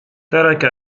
ترك